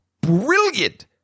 brilliant